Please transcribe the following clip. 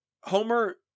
Homer